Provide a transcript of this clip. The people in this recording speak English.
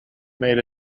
made